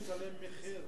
לשלם מחיר.